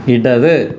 ഇടത്